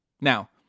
Now